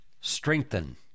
strengthen